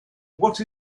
what